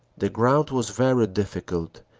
the ground was very difficult,